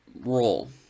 role